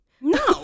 No